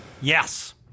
Yes